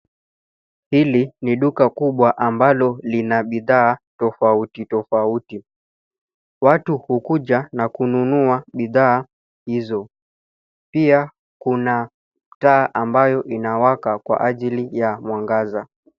Hili ni duka kubwa ambalo lina bidhaa tofauti tofauti. Watu hukuja na kununua bidhaa hizo. Pia kuna taa ambayo inawaka kwa ajili ya mwangaza.